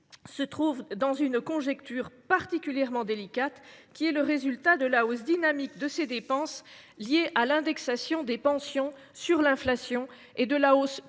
se trouve dans une conjoncture particulièrement délicate, en raison de la hausse dynamique de ses dépenses, liée à l’indexation des pensions sur l’inflation, et de la hausse